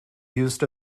used